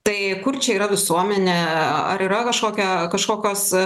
tai kur čia yra visuomenė aaa ar yra kažkokia kažkokios